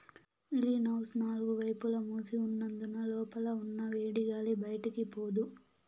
green house నాలుగు వైపులా మూసి ఉన్నందున లోపల ఉన్న వేడిగాలి బయటికి పోదు